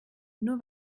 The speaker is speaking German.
nur